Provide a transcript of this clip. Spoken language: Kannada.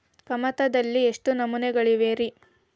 ಕಮತದಲ್ಲಿ ಎಷ್ಟು ನಮೂನೆಗಳಿವೆ ರಿ?